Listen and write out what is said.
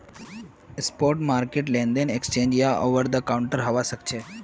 spot market लेनदेन exchange या over the counter हवा सक्छे